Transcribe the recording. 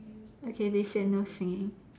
okay they said no singing